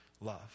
love